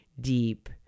deep